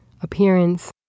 appearance